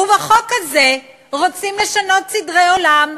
ובחוק הזה רוצים לשנות סדרי עולם,